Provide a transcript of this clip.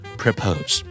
propose